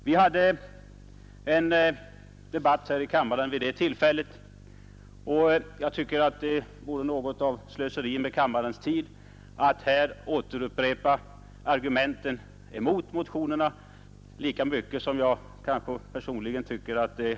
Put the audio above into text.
Vi hade vid det tillfället en debatt här i kammaren, och jag tycker det vore något av slöseri med kammarens tid att nu upprepa argumenten mot motionerna.